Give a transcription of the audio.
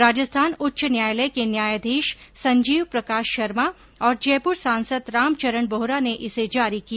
राजस्थान उच्च न्यायालय के न्यायाधीश संजीव प्रकाश शर्मा और जयपुर सांसद रामचरण बोहरा ने इसे जारी किया